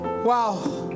Wow